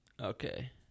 Okay